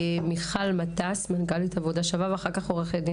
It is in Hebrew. מיכל מטס-ליטמנוביץ, מנכ"לית עבודה שווה, בבקשה.